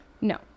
no